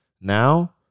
Now